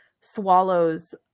swallows